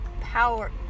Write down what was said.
power